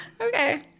Okay